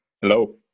Hello